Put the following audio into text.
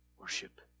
worship